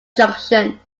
junction